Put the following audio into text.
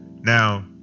Now